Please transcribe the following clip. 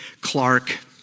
Clark